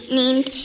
named